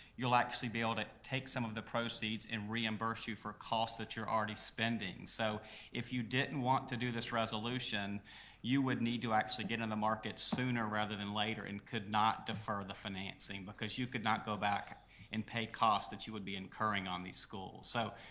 you'll actually be able to take some of the proceeds and reimburse you for costs that you're already spending. so if you didn't and want to do this resolution you would need to actually get in the market sooner rather than later and could not defer the financing because you could not go back and pay costs that you would be incurring on these schools. so,